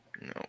no